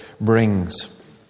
brings